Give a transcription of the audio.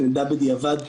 נדע בדיעבד.